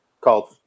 called